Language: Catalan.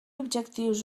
objectius